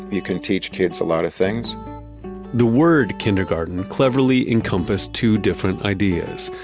you can teach kids a lot of things the word kindergarten cleverly encompassed two different ideas.